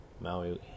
Maui